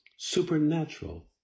supernatural